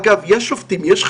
אגב, יש חריגים.